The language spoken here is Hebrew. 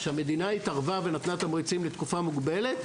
שכאשר המדינה התערבה ונתנה תמריצים לתקופה מוגבלת,